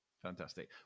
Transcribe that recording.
Fantastic